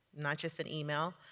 not just an email,